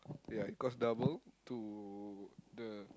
ya it cost double to the